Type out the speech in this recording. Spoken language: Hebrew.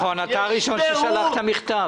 נכון, אתה הראשון ששלחת מכתב.